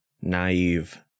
naive